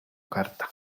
carta